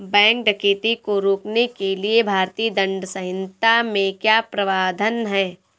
bank डकैती को रोकने के लिए भारतीय दंड संहिता में क्या प्रावधान है